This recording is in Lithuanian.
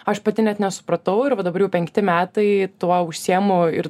aš pati net nesupratau ir va dabar jau penkti metai tuo užsiimu ir